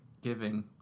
giving